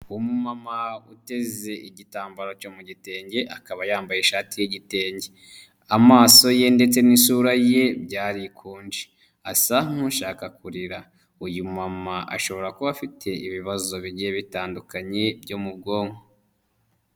Umumama uteze igitambaro cyo mu gitenge akaba yambaye ishati y'igitenge, amaso ye ndetse n'isura ye byarikunje asa nk'ushaka kurira, uyu mama ashobora kuba afite ibibazo biguye bitandukanye byo mu bwonko